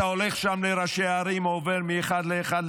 אתה הולך שם לראשי ערים ועובר מאחד לאחד,